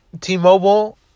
T-Mobile